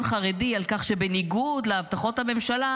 חרדי על כך שבניגוד להבטחות הממשלה,